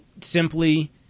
simply